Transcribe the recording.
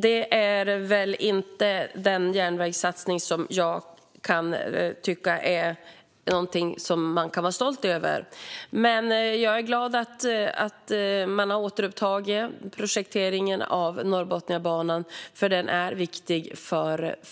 Det är väl inte en järnvägssatsning som jag tycker att man kan vara stolt över, men jag är glad över att man har återupptagit projekteringen av Norrbotniabanan, för den är viktig